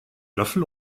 löffel